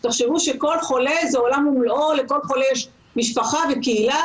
מוסרים נפש למען כל אותן משפחות ביום בלילה בקיץ,